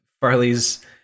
Farley's